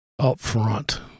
upfront